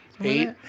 Eight